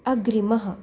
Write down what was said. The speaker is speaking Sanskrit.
अग्रिमः